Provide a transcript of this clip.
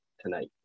tonight